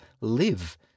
live